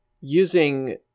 using